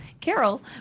Carol